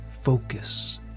focus